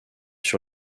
sur